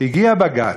הגיע בג"ץ,